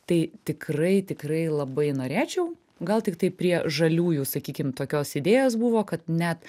tai tikrai tikrai labai norėčiau gal tiktai prie žaliųjų sakykim tokios idėjos buvo kad net